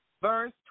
Verse